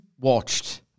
watched